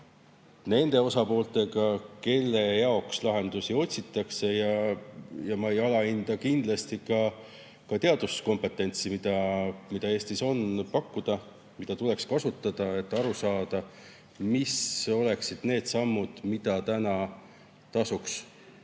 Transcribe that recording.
nende osapooltega, kelle jaoks lahendusi otsitakse. Ja ma ei alahinda kindlasti ka teaduskompetentsi, mida Eestis on pakkuda ja mida tuleks kasutada, et aru saada, mis oleksid need sammud, mida tasuks